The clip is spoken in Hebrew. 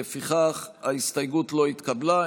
לפיכך ההסתייגות לא התקבלה.